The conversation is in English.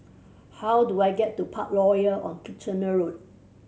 how do I get to Parkroyal on Kitchener Road